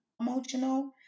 emotional